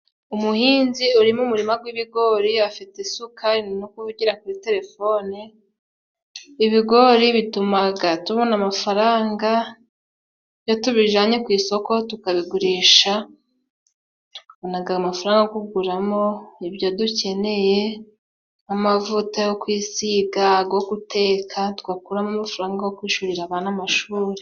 Umuhinzi uri mu murima gw'ibigori, afite isuka, ari no kuvugira kuri telefone. Ibigori bitumaga tubona amafaranga iyo tubijanye ku isoko tukabigurisha, tubonaga amafaranga yo kuguramo ibyo dukeneye, nk'amavuta yo kwisiga, ago guteka, tugakuramo amafaranga go kwishurira abana amashuri.